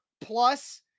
Plus